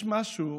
יש משהו